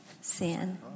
Sin